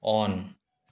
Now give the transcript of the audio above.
on